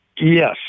Yes